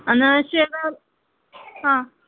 आणि शेगाव हां